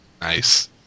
Nice